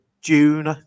June